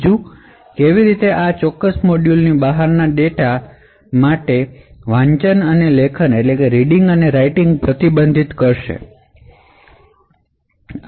બીજું આપણે કેવી રીતે આ મોડ્યુલની બહાર ડેટાનું વાંચન અને લેખનને પ્રતિબંધિત કરીશું